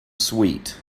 sweet